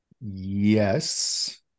Yes